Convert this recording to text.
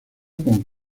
con